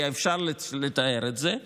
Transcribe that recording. היה אפשר לתאר את זה,